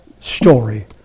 story